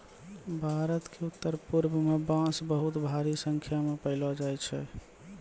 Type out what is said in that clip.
भारत क उत्तरपूर्व म बांस बहुत भारी संख्या म पयलो जाय छै